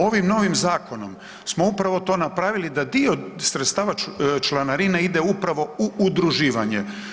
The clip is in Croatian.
Ovim novim zakonom smo upravo to napravili da dio sredstva članarine ide upravo u udruživanje.